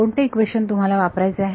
कोणते इक्वेशन तुम्हाला वापरायचे आहे